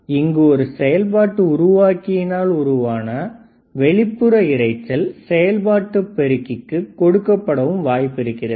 ஆனால் இங்கு ஒரு செயல்பாடு உருவாக்கியினால் உருவான வெளிப்புற இரைச்சல் செயல்பாட்டுப் பெருக்கிக்கு கொடுக்கப்படவும் வாய்ப்பிருக்கிறது